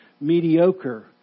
mediocre